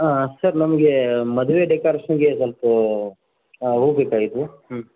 ಹಾಂ ಸರ್ ನಮಗೆ ಮದುವೆ ಡೆಕೋರೇಷನ್ನಿಗೆ ಸ್ವಲ್ಪ ಹೂವು ಬೇಕಾಗಿದ್ವು ಹ್ಞೂ